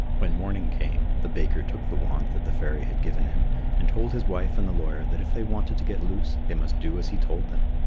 when morning came, the baker took the wand that the fairy had given him and told his wife and the lawyer that if they wanted to get loose they must do as he told them.